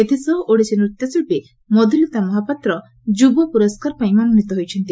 ଏଥିସହ ଓଡିଶୀ ନୃତ୍ୟଶିକ୍କୀ ମଧୁଲିତା ମହାପାତ୍ର ଯୁବ ପୁରସ୍କାର ପାଇଁ ମନୋନୀତ ହୋଇଛନ୍ତି